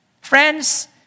Friends